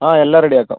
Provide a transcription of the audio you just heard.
ആ എല്ലാം റെഡി ആക്കാം